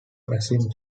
assume